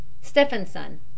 Stephenson